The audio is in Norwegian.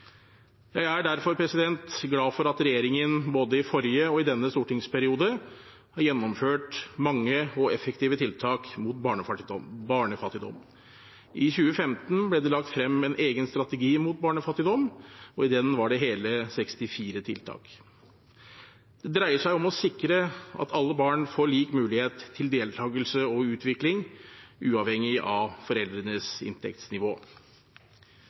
Jeg er derfor glad for at regjeringen både i forrige og i denne stortingsperioden har gjennomført mange og effektive tiltak mot barnefattigdom. I 2015 ble det lagt frem en egen strategi mot barnefattigdom. I den var det hele 64 tiltak. Det dreier seg om å sikre at alle barn får lik mulighet til deltagelse og utvikling, uavhengig av foreldrenes inntektsnivå.